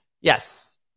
Yes